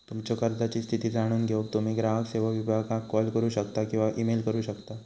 तुमच्यो कर्जाची स्थिती जाणून घेऊक तुम्ही ग्राहक सेवो विभागाक कॉल करू शकता किंवा ईमेल करू शकता